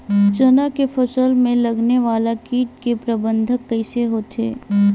चना के फसल में लगने वाला कीट के प्रबंधन कइसे होथे?